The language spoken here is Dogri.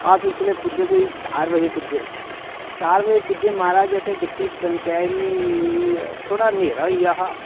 अस उसलै पुज्जे कोई चार बजे पुज्जे चार बजे पुज्जे महाराज असें दिक्खी पंचैरी थोह्ड़ा न्हेरा होई गेआ हा